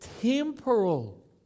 Temporal